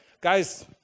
guy's